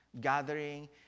gathering